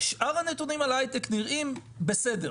שאר הנתונים על ההייטק נראים בסדר.